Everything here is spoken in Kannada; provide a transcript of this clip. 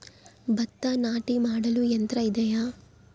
ಭತ್ತ ನಾಟಿ ಮಾಡಲು ಯಂತ್ರ ಇದೆಯೇ?